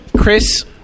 Chris